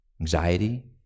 anxiety